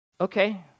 Okay